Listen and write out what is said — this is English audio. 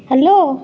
hello